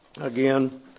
again